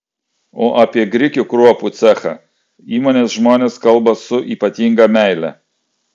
o apie grikių kruopų cechą įmonės žmonės kalba su ypatinga meile